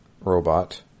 Robot